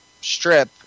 strip